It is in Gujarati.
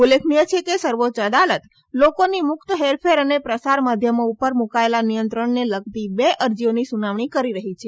ઉલ્લેખનીય છે કે સર્વોચ્ય અદાલત લોકોની મુક્ત હેરફેર અને પ્રસાર માધ્યમો ઉપર મુકાયેલા નિયંત્રણનો લગતી બે અરજીઓની સુનાવણી કરી રહી છે